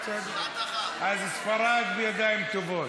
אז ספרד בידיים טובות.